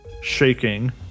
shaking